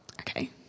Okay